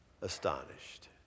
astonished